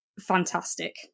fantastic